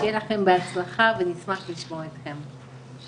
שיהיה לכם בהצלחה ונשמח לשמוע אתכם.